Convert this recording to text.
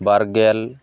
ᱵᱟᱨᱜᱮᱞ